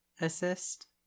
assist